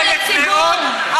לא בדיוק בריאות,